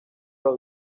los